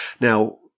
Now